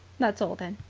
that's all, then.